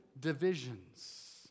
divisions